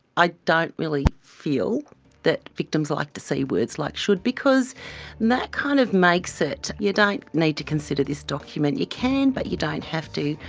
i don't really feel that victims like to see words like should because that kind of makes it you don't need to consider this document, you can but you don't have to'.